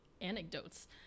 anecdotes